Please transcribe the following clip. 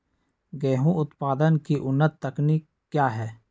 गेंहू उत्पादन की उन्नत तकनीक क्या है?